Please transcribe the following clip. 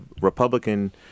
Republican